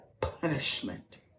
punishment